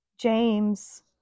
James